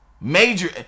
Major